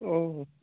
ও